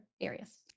areas